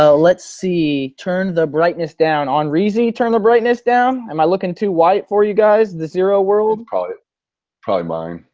ah let's see, turn the brightness down. on reezy, turn the brightness down? am i looking too white for you guys, the zero world? probably probably mine.